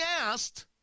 asked